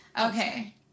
Okay